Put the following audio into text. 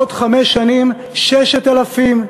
עוד חמש שנים, 6,000,